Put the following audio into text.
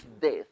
death